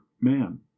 man